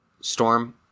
Storm